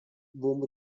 vom